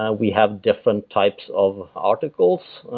ah we have different type of articles.